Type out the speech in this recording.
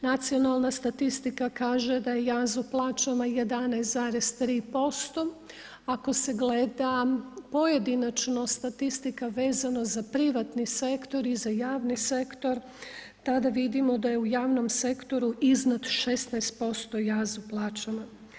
Nacionalna statistika kaže da jaz u plaćama 11,3%, ako se gleda pojedinačno statistika vezano za privatni sektor i za javni sektor, tada vidimo da je u javnom sektoru iznad 16% jaz u plaćama.